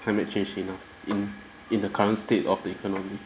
climate change enough in in the current state of the economy